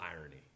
irony